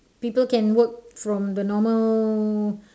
people can work from the normal